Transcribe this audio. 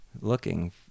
looking